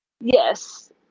Yes